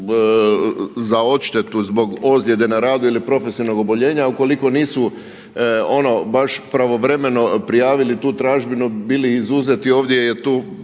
za odštetu zbog ozljede na radu ili profesionalnog oboljenja, ukoliko nisu ono baš pravovremeno prijavili tu tražbinu, bili izuzeti ovdje je tu